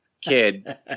kid